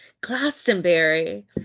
Glastonbury